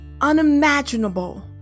unimaginable